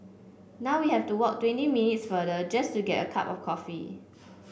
now we have to walk twenty minutes farther just to get a cup of coffee